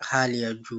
hali ya juu.